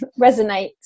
resonate